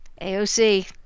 AOC